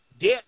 Debt